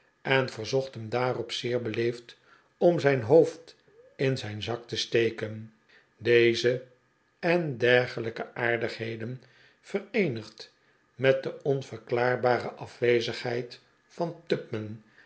en verzocht hem daarop zeer beleefd om zijn hoofd in zijn zak te steken deze en dergelijke aardigheden vereenigd met de onverklaarbare afwezigheid van